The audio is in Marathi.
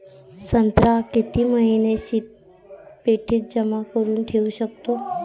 संत्रा किती महिने शीतपेटीत जमा करुन ठेऊ शकतो?